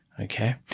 Okay